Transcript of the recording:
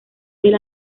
del